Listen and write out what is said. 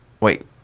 wait